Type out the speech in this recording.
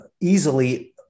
easily